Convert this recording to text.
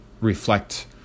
reflect